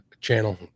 channel